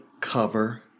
cover